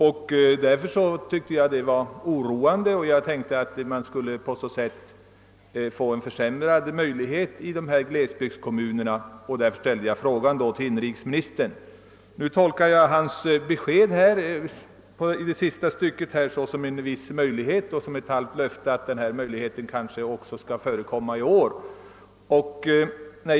Jag tyckte att detta var oroande och befarade att man i glesbygderna skulle få försämrade möjligheter att bygga. Jag tolkar nu inrikesministerns besked i slutet av svaret så, att en sådan ram som jag åsyftat kommer att föreligga och att han även ger ett halvt löfte om att den skall tillämpas även i år.